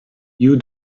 you